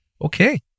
Okay